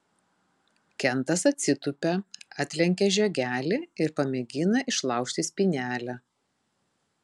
kentas atsitūpia atlenkia žiogelį ir pamėgina išlaužti spynelę